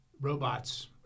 robots